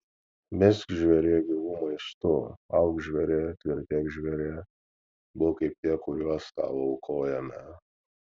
misk žvėrie gyvu maistu auk žvėrie tvirtėk žvėrie būk kaip tie kuriuos tau aukojame